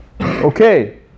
Okay